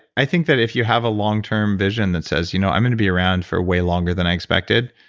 i think that, if you have a long-term vision that says, you know, i'm going to be around for way longer than i expected,